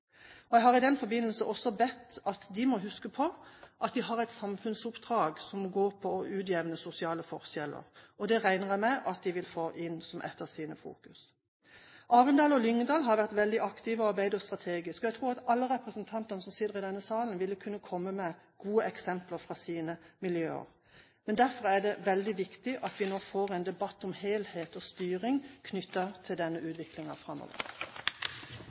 Jeg har i den forbindelse bedt dem om å huske på at de har et samfunnsoppdrag som går på å utjevne sosiale forskjeller. Det regner jeg med at de vil ha fokus på. Arendal og Lyngdal har vært veldig aktive og arbeider strategisk. Jeg tror at alle representantene som sitter i denne salen, ville kunne komme med gode eksempler fra sine miljøer. Derfor er det veldig viktig at vi nå får en debatt om helhet og styring knyttet til denne utviklingen framover.